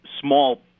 small